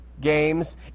games